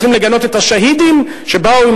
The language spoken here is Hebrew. היו צריכים לגנות את השהידים שבאו עם